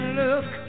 look